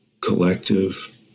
Collective